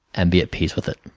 and be at peace with it.